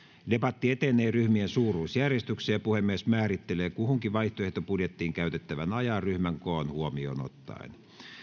debatti etenee ryhmien suuruusjärjestyksessä ja puhemies määrittelee kuhunkin vaihtoehtobudjettiin käytettävän ajan ryhmän koon huomioon ottaen